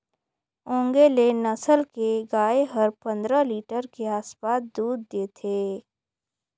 ओन्गेले नसल के गाय हर पंद्रह लीटर के आसपास दूद देथे